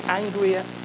angrier